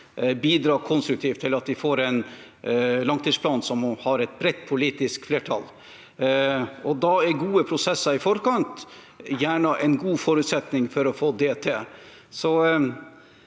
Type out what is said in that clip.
bidra konstruktivt til at vi får en langtidsplan som har et bredt politisk flertall. Da er gode prosesser i forkant gjerne en god forutsetning for å få det til.